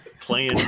playing